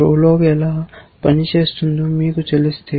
PROLOG ఎలా పనిచేస్తుందో మీకు తెలిస్తే